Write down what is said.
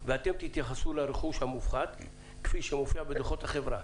ואתם תתייחסו לרכוש המופחת כפי שמופיע בדוחות החברה,